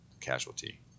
casualty